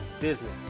business